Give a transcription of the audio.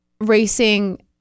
racing